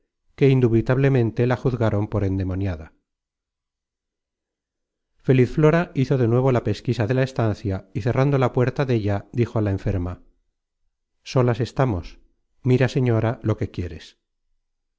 que indubitablemente la juzgaron por endemoniada feliz flora hizo de nuevo la pesquisa de la estancia y cerrando la puerta della dijo á la enferma solas estamos mira señora lo que quieres